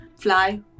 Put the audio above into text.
fly